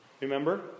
Remember